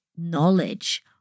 knowledge